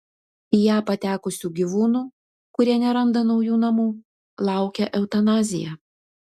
į ją patekusių gyvūnų kurie neranda naujų namų laukia eutanazija